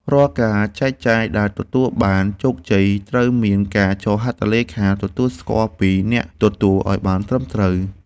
រាល់ការចែកចាយដែលទទួលបានជោគជ័យត្រូវមានការចុះហត្ថលេខាទទួលស្គាល់ពីអ្នកទទួលឱ្យបានត្រឹមត្រូវ។